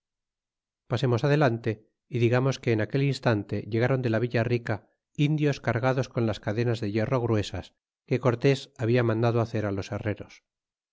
pasemos adelante y digamos que en aquel instante llegaron de la villa rica indios cargados con las cadenas de hierro gruesas que cortés habla mandado hacer á los herreros